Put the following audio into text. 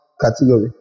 category